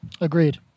Agreed